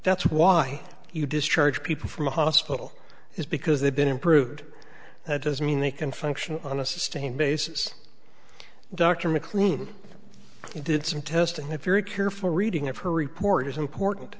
that's why you discharge people from the hospital is because they've been improved that doesn't mean they can function on a sustained basis dr mclean did some tests and if you're a careful reading of her report is important